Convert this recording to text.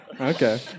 Okay